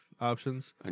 options